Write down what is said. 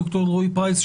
ד"ר אלרעי פרייס,